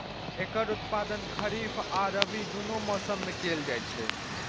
एकर उत्पादन खरीफ आ रबी, दुनू मौसम मे कैल जाइ छै